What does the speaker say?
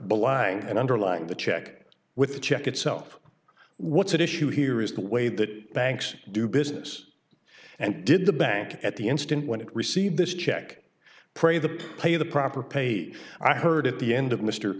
belying and underlying the check with the check itself what's at issue here is the way that banks do business and did the bank at the instant when it received this check pray the pay the proper paid i heard at the end of mr